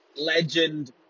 legend